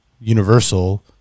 universal